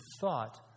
thought